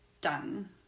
done